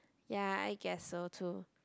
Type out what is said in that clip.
ya I guess so too